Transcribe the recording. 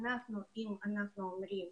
אומרים